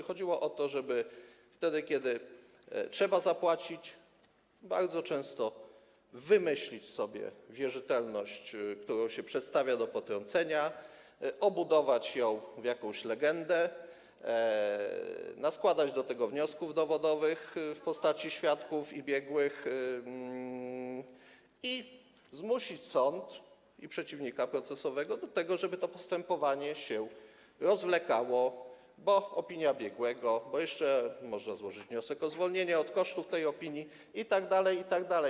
Chodziło o to, żeby wtedy kiedy trzeba zapłacić, bardzo często wymyślić sobie wierzytelność, którą się przedstawia do potrącenia, obudować ją w jakąś legendę, naskładać do tego wniosków dowodowych w postaci świadków i biegłych i zmusić sąd i przeciwnika procesowego do tego, żeby to postępowanie się rozwlekało, bo jest opinia biegłego, bo jeszcze można złożyć wniosek o zwolnienie od kosztów w tej opinii itd., itd.